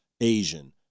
Asian